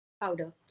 powder